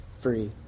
free